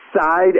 side